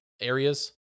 areas